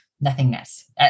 nothingness